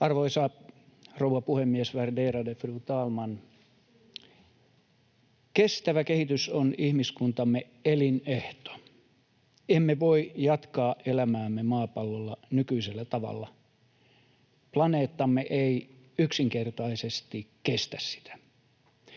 Arvoisa rouva puhemies, värderade fru talman! Kestävä kehitys on ihmiskuntamme elinehto. Emme voi jatkaa elämäämme maapallolla nykyisellä tavalla — planeettamme ei yksinkertaisesti kestä sitä.